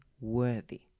worthy